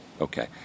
Okay